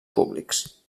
públics